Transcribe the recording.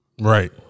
Right